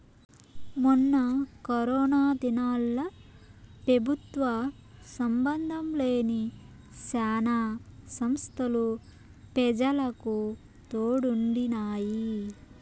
మొన్న కరోనా దినాల్ల పెబుత్వ సంబందం లేని శానా సంస్తలు పెజలకు తోడుండినాయి